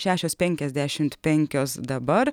šešios penkiasdešimt penkios dabar